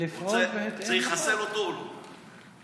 צריך לחסל אותו או לא?